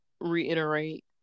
reiterate